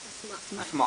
גנאים.